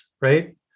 right